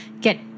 get